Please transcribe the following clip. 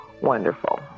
wonderful